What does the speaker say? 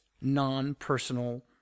non-personal